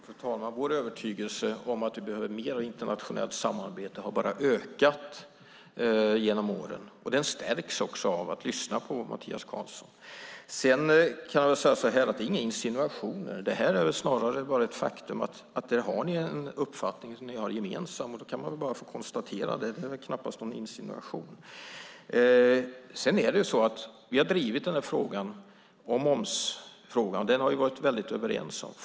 Fru talman! Vår övertygelse om att vi behöver mer internationellt samarbete har bara ökat genom åren. Den stärks också av att lyssna på Mattias Karlsson. Det är inga insinuationer. Det är snarare ett faktum att ni där har en gemensam uppfattning. Det kan man väl bara få konstatera. Det är knappast någon insinuation. Sedan är det så att vi har drivit den här frågan. Vi har varit väldigt överens i momsfrågan.